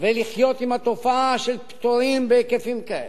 ולחיות עם התופעה של פטורים בהיקפים כאלה.